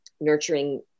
nurturing